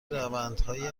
روندهای